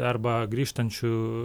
arba grįžtančių